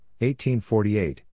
1848